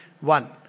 one